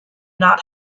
not